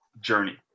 journey